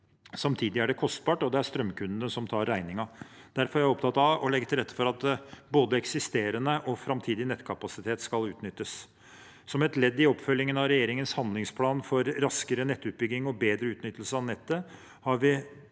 Samtidig er det kostbart, og det er strømkundene som tar regningen. Derfor er jeg opptatt av å legge til rette for at både eksisterende og framtidig nettkapasitet skal utnyttes. Som et ledd i oppfølgingen av regjeringens handlingsplan for raskere nettutbygging og bedre utnyttelse av nettet har vi